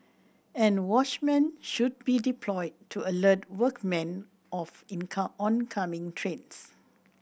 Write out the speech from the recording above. and watchmen should be deployed to alert workmen of income oncoming trains